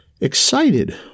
excited